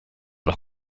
los